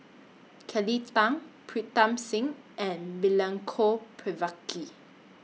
Kelly Tang Pritam Singh and Milenko Prvacki